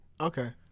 Okay